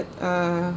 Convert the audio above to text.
uh